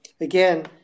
again